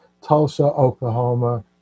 Tulsa-Oklahoma